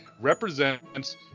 represents